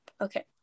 okay